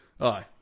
aye